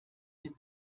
den